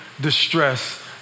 distress